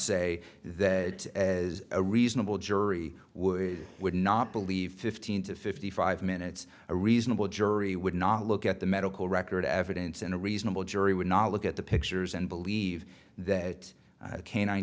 say that as a reasonable jury would would not believe fifteen to fifty five minutes a reasonable jury would not look at the medical record evidence and a reasonable jury would not look at the pictures and believe that canine